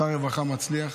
שר רווחה מצליח.